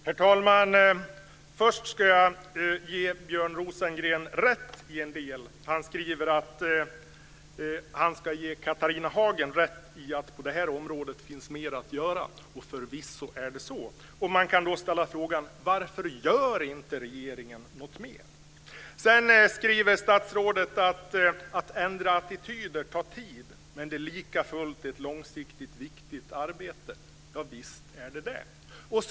Herr talman! Först ska jag ge Björn Rosengren rätt i en del. Han säger att han instämmer med Catharina Hagen i att det på det här området finns mer att göra, och förvisso är det så. Man kan då ställa frågan: Statsrådet säger vidare att det tar tid att ändra attityder men att det likafullt är ett långsiktigt viktigt arbete. Ja visst är det så.